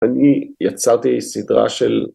אני יצרתי סדרה של